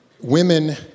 women